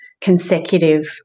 consecutive